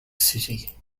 city